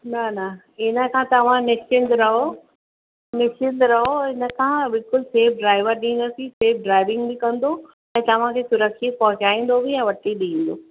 न न हिन खां तव्हां निश्चित रहो नश्चित रहो हिन खां बिल्कुलु सेफ़ ड्राइवर ॾींदासीं सेफ़ ड्राइविंग बि कंदो ऐं तव्हांखे सुरक्षित पहुचाईंदो बि ऐं वठी बि ईंदो